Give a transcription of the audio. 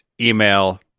email